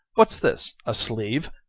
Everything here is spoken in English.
what's this? a sleeve?